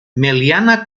meliana